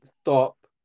stop